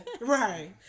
Right